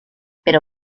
pero